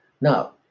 Now